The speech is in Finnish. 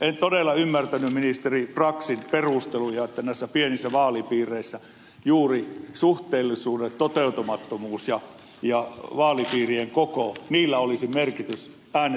en todella ymmärtänyt ministeri braxin perusteluja että näissä pienissä vaalipiireissä juuri suhteellisuuden toteutumattomuudella ja vaalipiirien koolla olisi vaikutusta äänestysaktiivisuuteen